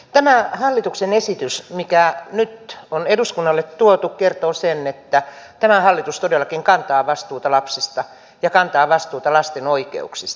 tämä hallituksen esitys mikä nyt on eduskunnalle tuotu kertoo sen että tämä hallitus todellakin kantaa vastuuta lapsista ja kantaa vastuuta lasten oikeuksista